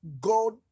God